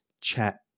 chat